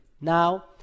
Now